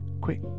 quick